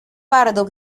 pardo